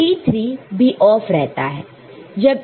तो T3 भी off रहता है